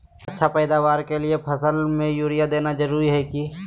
अच्छा पैदावार के लिए सब फसल में यूरिया देना जरुरी है की?